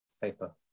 paper